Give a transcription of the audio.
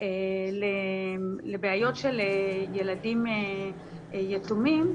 וספציפי לבעיות של ילדים יתומים.